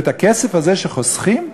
ואת הכסף הזה שחוסכים,